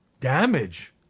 damage